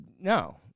no